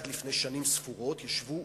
עד לפני שנים ספורות ישבו,